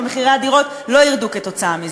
ומחירי הדירות לא ירדו כתוצאה מזה.